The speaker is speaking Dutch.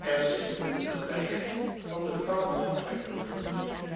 en zich in de nabijheid van de vrouwenvertrekken bevond